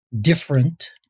different